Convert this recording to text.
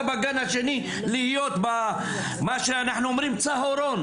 בגן השני להיות במה שאנחנו קוראים צהרון.